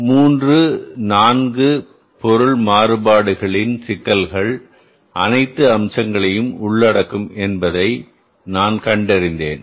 எனவே 3 4 பொருள் மாறுபாடுகளின் சிக்கல்கள் அனைத்து அம்சங்களையும் உள்ளடக்கும் என்பதை நான் கண்டறிந்தேன்